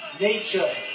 nature